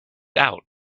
out